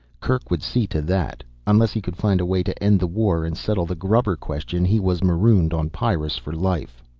kerk would see to that. unless he could find a way to end the war and settle the grubber question he was marooned on pyrrus for life.